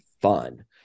fun